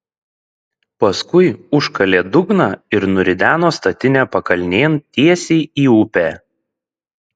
paskui užkalė dugną ir nurideno statinę pakalnėn tiesiai į upę